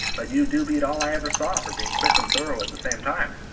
but you do beat all i ever saw for being quick and thorough at the same time.